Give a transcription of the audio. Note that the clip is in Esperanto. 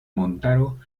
montaro